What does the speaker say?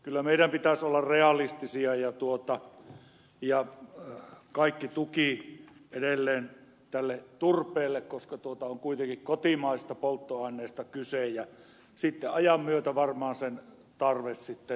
kyllä meidän pitäisi olla realistisia ja kaikki tuki edelleen turpeelle koska on kuitenkin kotimaisesta polttoaineesta kyse ja sitten ajan myötä varmaan sen tarve vähenee